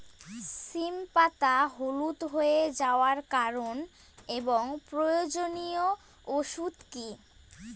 সিম পাতা হলুদ হয়ে যাওয়ার কারণ এবং প্রয়োজনীয় ওষুধ কি?